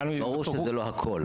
ברור שזה לא הכל.